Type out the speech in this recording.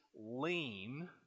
lean